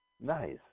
Nice